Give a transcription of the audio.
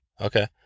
Okay